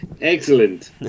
Excellent